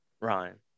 Ryan